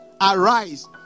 Arise